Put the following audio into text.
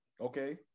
Okay